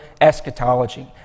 eschatology